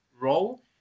role